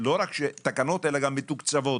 גם מתוקצבות.